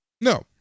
No